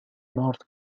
north